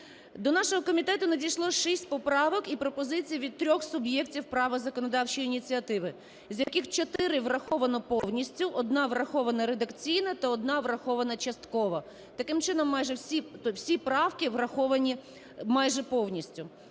До нашого комітету надійшло шість поправок і пропозицій від трьох суб'єктів права законодавчої ініціативи, з яких чотири враховано повністю, одна врахована редакційно та одна врахована частково. Таким чином, майже всі правки враховані повністю.